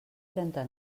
trenta